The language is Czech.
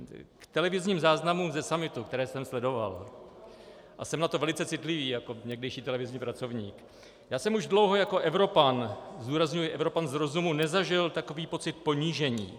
V televizním záznamu ze summitu, který jsem sledoval, a jsem na to velice citlivý jako někdejší televizní pracovník, jsem už dlouho jako Evropan, zdůrazňuji Evropan z rozumu, nezažil takový pocit ponížení.